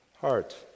heart